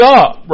up